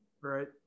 right